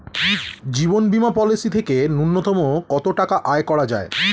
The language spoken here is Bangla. জীবন বীমা পলিসি থেকে ন্যূনতম কত টাকা আয় করা যায়?